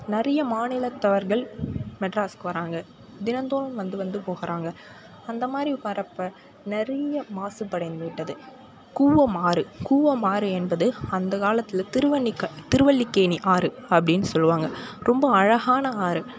நிறைய மாநிலத்தவர்கள் மெட்ராஸ்க்கு வராங்க தினந்தோறும் வந்து வந்து போகிறாங்க அந்த மாதிரி வரப்போ நிறைய மாசுப்படிந்து விட்டது கூவம் ஆறு கூவம் ஆறு என்பது அந்த காலத்தில் திருவல்லக்கேணி ஆறு அப்படின்னு சொல்வாங்க ரொம்ப அழகான ஆறு